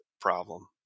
problem